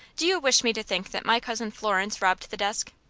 do you wish me to think that my cousin florence robbed the desk?